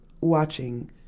watching